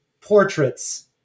portraits